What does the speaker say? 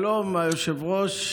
שלום, היושב-ראש.